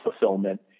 fulfillment